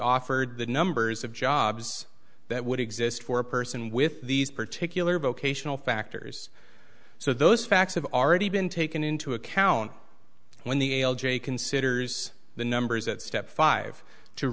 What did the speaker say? offered the numbers of jobs that would exist for a person with these particular vocational factors so those facts have already been taken into account when the considers the numbers at step five to